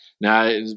now